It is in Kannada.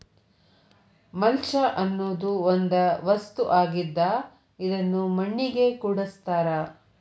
ಮಲ್ಚ ಅನ್ನುದು ಒಂದ ವಸ್ತು ಆಗಿದ್ದ ಇದನ್ನು ಮಣ್ಣಿಗೆ ಕೂಡಸ್ತಾರ